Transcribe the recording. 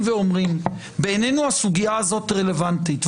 ואומרים: בעינינו הסוגיה הזאת רלוונטית,